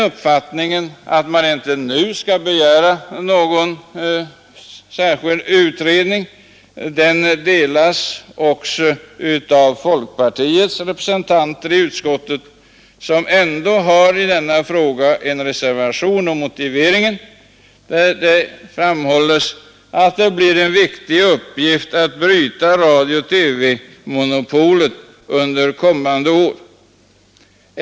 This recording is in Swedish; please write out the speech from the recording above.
Uppfattningen att man inte nu skall begära någon särskild utredning delas oc av folkpartiets representanter i utskottet, som ändå i denna fråga har en reservation om motiveringen, där det framhålles att det blir en viktig uppgift att bryta radiooch TV-monopolet under kommande år.